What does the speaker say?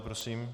Prosím.